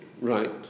Right